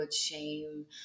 shame